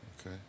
Okay